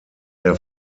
der